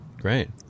great